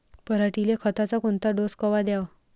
पऱ्हाटीले खताचा कोनचा डोस कवा द्याव?